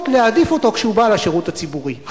להעדיף אותו כשהוא בא לשירות הציבורי.